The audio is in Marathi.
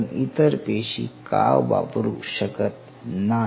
आपण इतर पेशी का वापरू शकत नाही